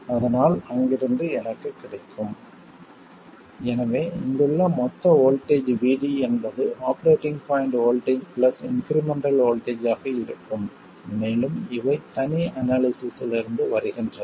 அதனால் அங்கிருந்து எனக்கு கிடைக்கும் எனவே இங்குள்ள மொத்த வோல்ட்டேஜ் VD என்பது operating point voltage plus incremental voltage ஆக இருக்கும் மேலும் இவை தனி அனாலிசிஸ்லிருந்து வருகின்றன